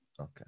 Okay